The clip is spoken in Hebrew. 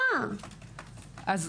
אכן,